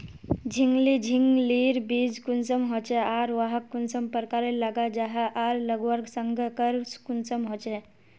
झिंगली झिंग लिर बीज कुंसम होचे आर वाहक कुंसम प्रकारेर लगा जाहा आर लगवार संगकर कुंसम होचे?